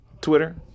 Twitter